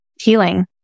healing